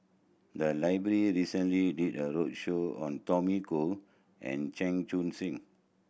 the library recently did a roadshow on Tommy Koh and Chan Chun Sing